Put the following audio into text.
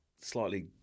slightly